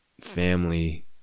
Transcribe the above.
family